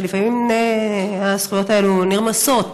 ושלפעמים הזכויות האלו נרמסות